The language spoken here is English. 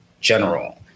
general